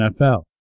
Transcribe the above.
NFL